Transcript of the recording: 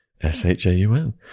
S-H-A-U-N